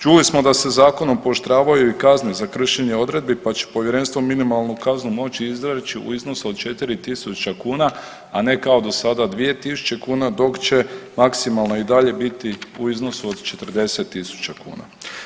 Čuli smo da se zakonom pooštravaju i kazne za kršenje odredbi pa će povjerenstvo minimalnom kaznom moći … u iznosu od 4.000 kuna, a ne kao do sada 2.000 kuna dok će maksimalno i dalje biti u iznosu od 40.000 kuna.